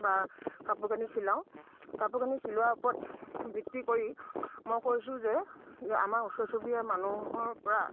বা কাপোৰ কানি চিলাওঁ কাপোৰ কানি চিলোৱাৰ ওপৰত ভিত্তি কৰি মই কৈছোঁ যে যে আমাৰ ওচৰ চুবুৰীয়া মানুহৰ পৰা